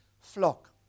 flock